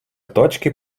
точки